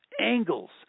angles